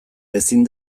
ezin